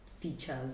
features